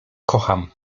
kocham